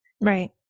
Right